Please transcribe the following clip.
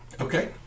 Okay